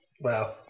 Wow